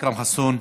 אכרם חסון,